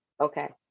Okay